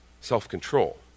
self-control